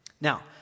Now